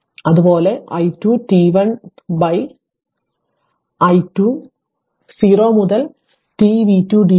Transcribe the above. അതുപോലെ i 2 t 1 12 0 മുതൽ t v 2 dt plus i 2 0 വരെ